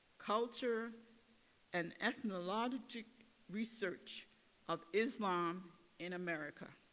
culture and ethnologic research of islam in america